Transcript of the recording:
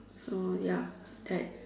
uh yup that